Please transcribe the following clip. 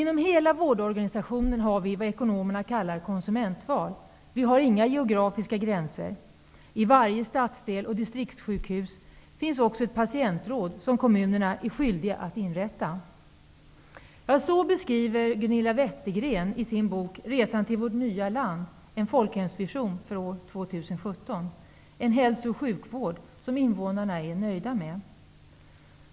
- Inom hela vårdorganisationen har vi vad ekonomerna kallar ''konsumentval' -- Vi har inga geografiska gränser -- I varje stadsdel eller distriktssjukhus finns också ett patientråd som kommunerna är skyldiga att inrätta.'' Så beskriver Gunilla Wettergren i sin bok ''Resan till vårt nya land'' en folkhemsvision för år 2017, dvs. en hälso och sjukvård som invånarna är nöjda med.